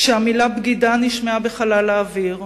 כשהמלה "בגידה" נשמעה בחלל האוויר,